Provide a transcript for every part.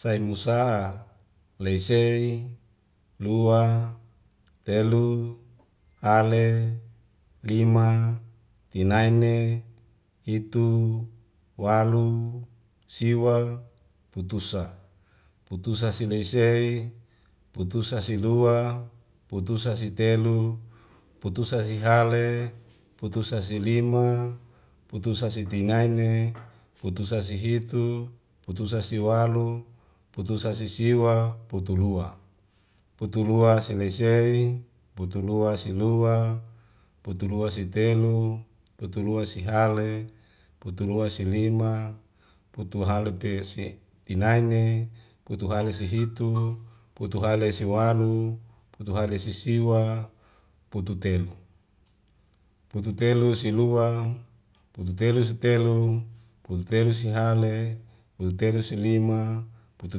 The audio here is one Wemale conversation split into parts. Sai mu sa'a leisei, lua, telu, hale, lima, tinaene, hitu, walu, siwa, putusa, putusa si lesei, putusa si lua, putusa si telu, putusa si hale, putusa si lima, putusa si tinaene, putusa si hitu, putusa si walu, putusa si siwa, putulua, putulua si lesei, putulua si lua, putulua si telu, putulua si hale, putulua si lima, putu halu te si tinaene, putuhalu si hitu, putuhale si walu, putuhale si siwa, putu telu, putu telu silua, putu telu si telu, putu telu sihale, putu telu si lima, putu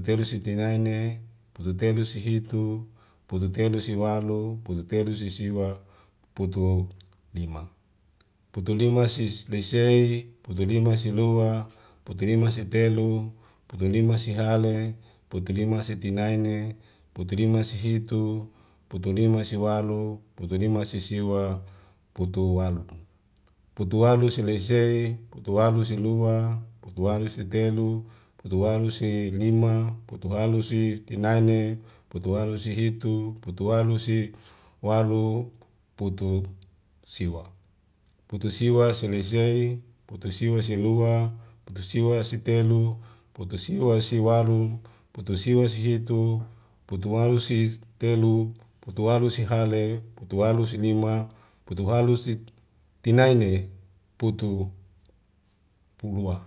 telu si tinaene, putu telu si hitu, putu telu si walu, putu telu si siwa, putu lima. putu lima sis lesei, putu lima si lua, putu lima si telu, putu lima si hale, putu lima si tinaene, putu lima si hitu, putu lima si walu, putu lima si siwa, putu walu, putu walu si lesei, putu walu si lua, putu walu si telu, putu walu si lima, putu walu si tinaene, putu walu si hitu, putu walu si walu, putu siwa. putu siwa si lesei, putu siwa si lua, putu siwa si telu, putu siwa si walu, putu siwa si hitu, putu walu si telu, putu walu si hale, putu walu si lima, putu halu sit tinaene, putu puluwa